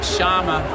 Sharma